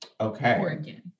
okay